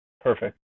Perfect